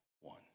one